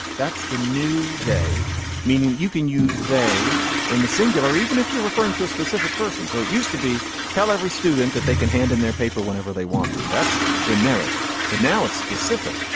that's the new they meaning you can use they in the singular even if you're referring to a specific person. so it used to be tell every student that they can hand in their paper whenever they want to. that's generic but now it's specific.